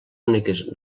úniques